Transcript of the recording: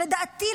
לדעתי,